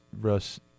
Russ